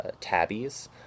tabbies